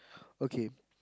okay